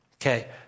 Okay